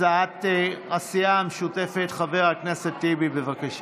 הצעת הסיעה המשותפת, חבר הכנסת טיבי, בבקשה.